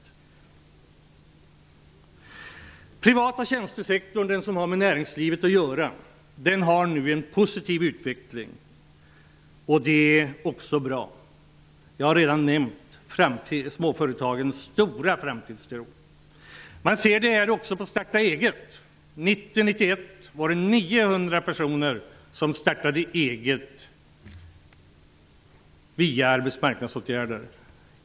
Den privata tjänstesektorn, som tillhör näringslivet, genomgår nu en positiv utveckling, och även det är bra. Jag har redan nämnt småföretagens stora framtidstro. Man ser det också på starta-eget-frekvensen. År 1990--1991 startade 900 personer eget företag via arbetsmarknadsåtgärder.